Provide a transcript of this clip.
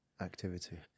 activity